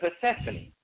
Persephone